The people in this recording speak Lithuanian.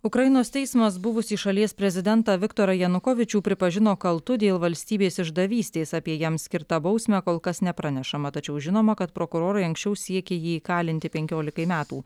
ukrainos teismas buvusį šalies prezidentą viktorą janukovyčių pripažino kaltu dėl valstybės išdavystės apie jam skirtą bausmę kol kas nepranešama tačiau žinoma kad prokurorai anksčiau siekė jį įkalinti penkiolikai metų